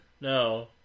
No